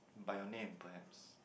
by your name perhaps